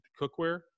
cookware